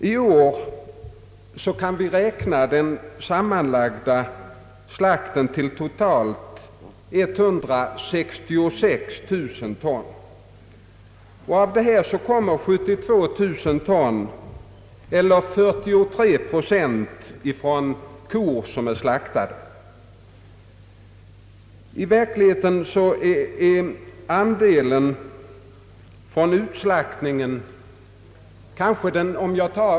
I år kan vi räkna den sammanlagda slakten till totalt 166 000 ton. Härav belöper sig 72 000 ton eller 43 procent på slaktade kor.